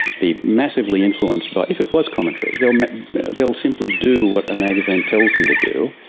be massively influenced but if it was commentary, they'll they'll simply do what a magazine tells them to do,